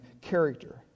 character